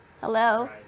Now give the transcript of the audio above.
Hello